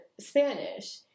Spanish